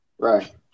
Right